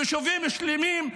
יישובים שלמים,